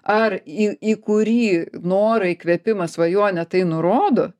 ar į į kurį norą įkvėpimą svajonę tai nurodo